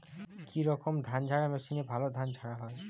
কি রকম ধানঝাড়া মেশিনে ভালো ধান ঝাড়া হয়?